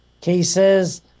cases